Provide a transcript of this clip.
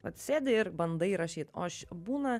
atsisėdai ir bandai rašyt o aš būna